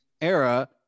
era